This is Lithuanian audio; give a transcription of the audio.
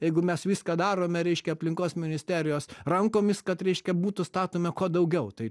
jeigu mes viską darome reiškia aplinkos ministerijos rankomis kad reiškia būtų statomi kuo daugiau tai